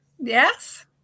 Yes